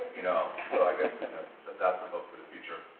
you know so i guess that's some hope for the future.